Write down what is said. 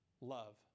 Love